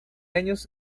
años